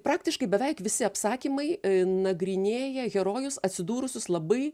praktiškai beveik visi apsakymai nagrinėja herojus atsidūrusius labai